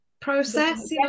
process